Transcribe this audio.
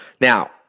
Now